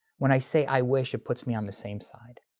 when i say i wish, it puts me on the same side.